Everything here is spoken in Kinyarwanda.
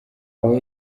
aho